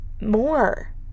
more